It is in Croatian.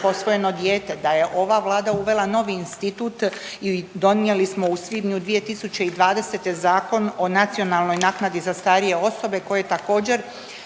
posvojeno dijete, da je ova Vlada uvela novi institut i donijeli smo u svibnju 2020. Zakon o nacionalnoj naknadi za starije osobe koje također